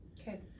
okay